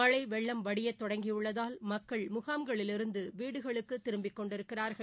மழைவெள்ளம் வடிய தொடங்கியுள்ளதூல் மக்கள் முகாம்களிலிருந்து வீடுகளுக்கு திரும்பி கொண்டிருக்கிறார்கள்